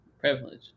Privilege